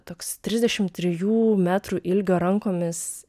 toks trisdešimt trijų metrų ilgio rankomis